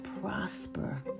prosper